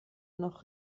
noch